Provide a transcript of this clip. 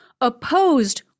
opposed